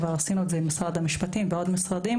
כבר עשינו את זה עם משרד המשפטים ועוד משרדים.